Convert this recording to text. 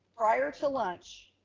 prior to lunch,